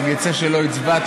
אם יצא שלא הצבעת,